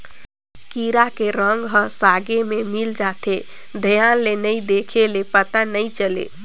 कीरा के रंग ह सागे में मिल जाथे, धियान ले नइ देख ले पता नइ चले